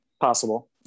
possible